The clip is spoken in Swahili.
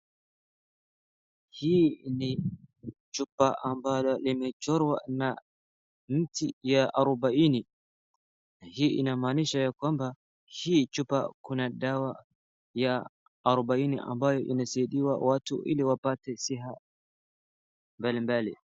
Hii ni chupa ambalo limechorwa na mti ya arubaini. Hii inamaanisha ya kwamba hii chupa kuna dawa ya arubaini ambayo inasaidiwa watu ili wapate siha mbalimbali.